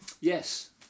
yes